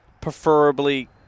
preferably